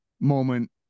moment